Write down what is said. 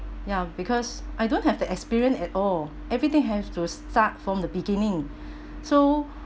ya because I don't have the experience at all everything have to start from the beginning so